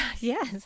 Yes